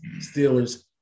Steelers